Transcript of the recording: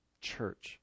church